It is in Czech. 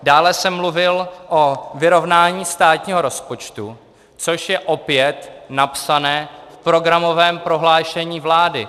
Dále jsem mluvil o vyrovnání státního rozpočtu, což je opět napsáno v programovém prohlášení vlády.